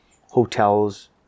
hotels